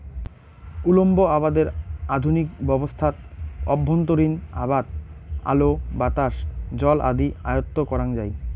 উল্লম্ব আবাদের আধুনিক ব্যবস্থাত অভ্যন্তরীণ আবাদ আলো, বাতাস, জল আদি আয়ত্ব করাং যাই